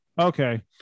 Okay